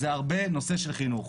זה נושא של חינוך.